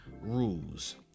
rules